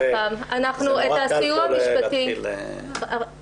אבל זה נורא קל פה להתחיל --- היושב-ראש,